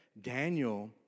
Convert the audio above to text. Daniel